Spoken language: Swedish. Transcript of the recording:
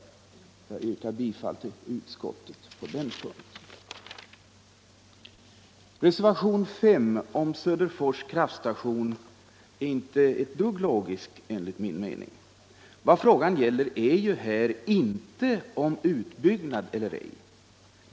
Jag yrkar därför på denna punkt bifall till utskottets hemställan. Reservationen 5 om Söderfors kraftstation är inte ett dugg logisk enligt min mening. Vad frågan här gäller är ju inte utbyggnad eller ej.